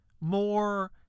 more